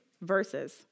verses